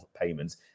payments